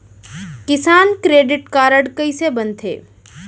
किसान credit card कइसे बनथे?